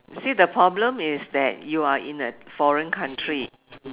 see the problem is that you are in a foreign country